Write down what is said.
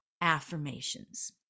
affirmations